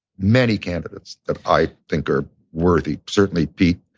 many candidates that i think are worthy. certainly pete